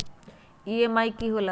EMI की होला?